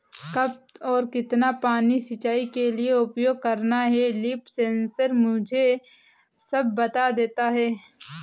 कब और कितना पानी सिंचाई के लिए उपयोग करना है लीफ सेंसर मुझे सब बता देता है